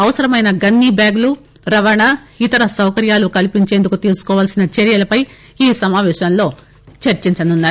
అవసరమైన గన్ని బ్యాగులు రవాణ ఇతర సౌకర్యాలు కల్పించేందుకు తీసుకోవాల్సిన చర్చలపై ఈ సమాపేశంలో చర్సించనున్నారు